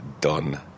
done